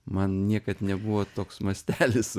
man niekad nebuvo toks mastelis